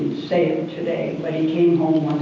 say it today, but he came home